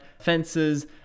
Fences